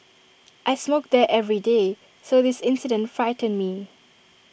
I smoke there every day so this incident frightened me